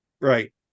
right